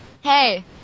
hey